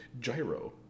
gyro